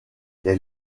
les